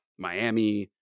Miami